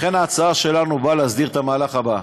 לכן ההצעה שלנו באה להסדיר את המהלך הבא,